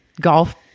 Golf